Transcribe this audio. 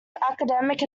academic